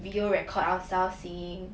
video record ourselves singing